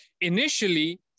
initially